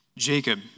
Jacob